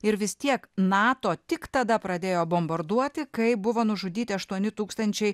ir vis tiek nato tik tada pradėjo bombarduoti kai buvo nužudyti aštuoni tūkstančiai